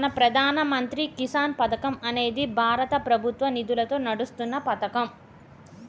మన ప్రధాన మంత్రి కిసాన్ పథకం అనేది భారత ప్రభుత్వ నిధులతో నడుస్తున్న పతకం